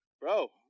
bro